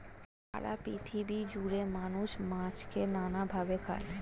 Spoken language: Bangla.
সারা পৃথিবী জুড়ে মানুষ মাছকে নানা ভাবে খায়